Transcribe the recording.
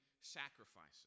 sacrifices